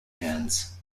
hands